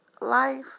life